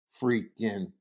freaking